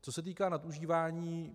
Co se týká nadužívání.